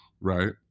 right